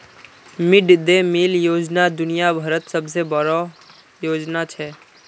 mid day meal योजना दुनिया भरत सबसे बोडो योजना छे